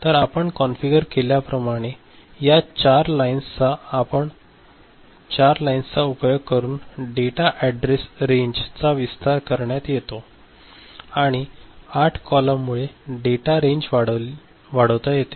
तर आपण कॉन्फिगर केल्याप्रमाणे या 4 लाईन्स चा उपयोग करून डेटा अॅड्रेस रेंजचा विस्तार करण्यात येतो आणि या 8 कॉलम मुळे डेटा रेंज वाढविता येते